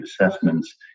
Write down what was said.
assessments